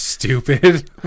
stupid